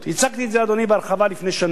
הצגתי את זה, אדוני, בהרחבה לפני שנה.